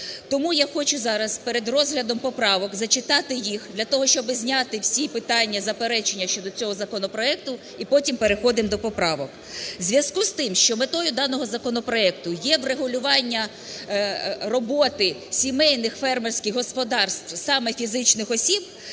Тому я хочу зараз перед розглядом поправок зачитати їх для того, щоб зняти всі питання, заперечення щодо цього законопроекту і потім переходимо до поправок. В зв'язку з тим, що метою даного законопроекту є врегулювання роботи сімейних фермерських господарств, саме фізичних осіб,